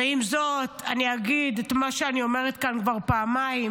ועם זאת אני אגיד את מה שאני אומרת כאן כבר פעמיים: